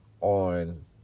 on